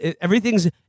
everything's